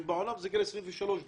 מתאים יותר להתפתחות השחקן,